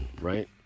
right